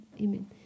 Amen